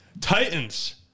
Titans